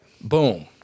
Boom